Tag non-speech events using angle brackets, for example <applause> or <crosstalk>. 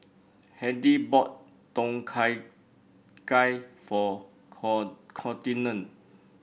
Hedy bought Tom Kha Gai for <unintelligible> Contina